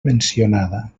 mencionada